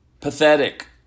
pathetic